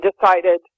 decided